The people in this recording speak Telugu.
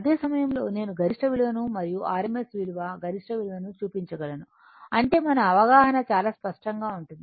అదే సమయంలో నేను గరిష్ట విలువను మరియు rms విలువ గరిష్ట విలువను చూపించగలను అంటే మన అవగాహన చాలా స్పష్టంగా ఉంటుంది